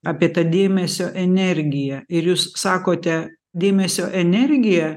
apie tą dėmesio energiją ir jūs sakote dėmesio energija